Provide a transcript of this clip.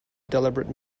deliberate